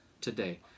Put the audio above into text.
today